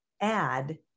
add